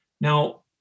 Now